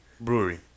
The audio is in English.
brewery